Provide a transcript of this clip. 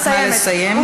נא לסיים.